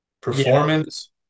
Performance